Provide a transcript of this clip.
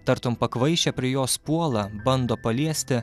tartum pakvaišę prie jos puola bando paliesti